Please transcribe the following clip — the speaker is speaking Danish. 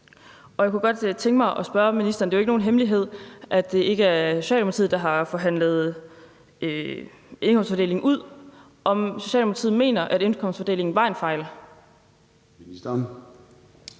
Jeg kunne godt tænke mig spørge ministeren – det er jo ikke nogen hemmelighed, at det ikke er Socialdemokratiet, der har forhandlet indkomstfordelingen ud – om Socialdemokratiet mener, at indkomstfordelingen var en fejl.